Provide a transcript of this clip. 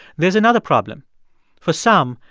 there's another problem for some,